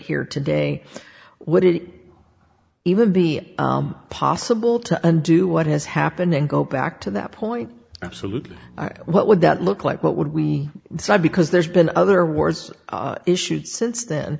here today would it even be possible to undo what has happened and go back to that point absolutely what would that look like what would we decide because there's been other words issued since then